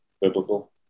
biblical